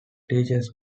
teachers